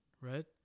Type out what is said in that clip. right